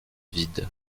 vides